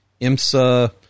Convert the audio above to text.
IMSA